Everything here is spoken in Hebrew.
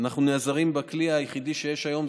ואנחנו נעזרים בכלי היחיד שיש היום,